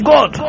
God